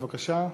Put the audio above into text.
בבקשה.